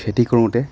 খেতি কৰোঁতে